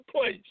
place